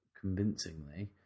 convincingly